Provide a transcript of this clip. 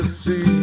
see